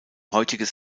heutiges